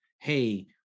hey